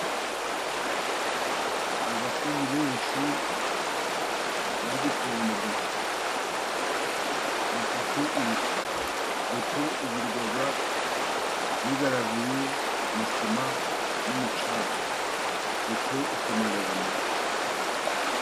Abakozi benshi bari guponda bafashe ibitiyo, beto igirwa na garaviye, na sima ,n'umucanga. Beto ikomeza amazu cyane.